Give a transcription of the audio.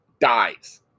Dies